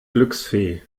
glücksfee